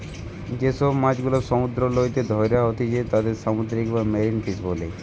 যে সব মাছ গুলা সমুদ্র হইতে ধ্যরা হতিছে তাদির সামুদ্রিক বা মেরিন ফিশ বোলে